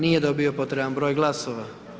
Nije dobio potreban broj glasova.